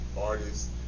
artists